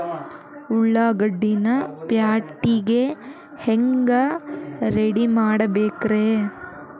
ಉಳ್ಳಾಗಡ್ಡಿನ ಪ್ಯಾಟಿಗೆ ಹ್ಯಾಂಗ ರೆಡಿಮಾಡಬೇಕ್ರೇ?